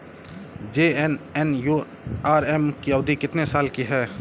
JNNURM की अवधि कितने साल की है?